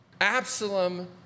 Absalom